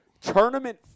tournament